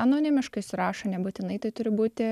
anonimiškai įsirašo nebūtinai tai turi būti